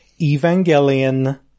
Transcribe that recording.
Evangelion